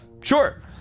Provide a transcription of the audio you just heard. Sure